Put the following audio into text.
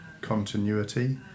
continuity